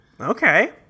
Okay